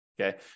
Okay